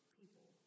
people